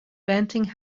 banting